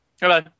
Hello